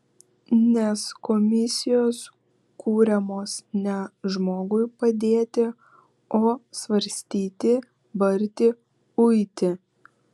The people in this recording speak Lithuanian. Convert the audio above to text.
nes komisijos kuriamos ne žmogui padėti o svarstyti barti uiti